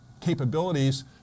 capabilities